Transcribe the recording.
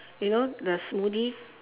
you know the smoothie